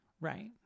Right